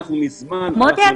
אנחנו מזמן --- מוטי,